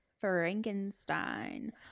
Frankenstein